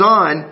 on